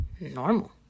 normal